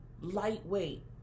lightweight